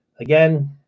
again